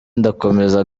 ndakomeza